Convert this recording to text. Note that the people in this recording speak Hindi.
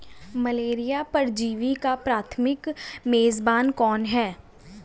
मलेरिया परजीवी का प्राथमिक मेजबान कौन है?